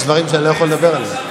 יש דברים שאני לא יכול לדבר עליהם.